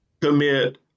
commit